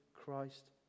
Christ